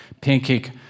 Pancake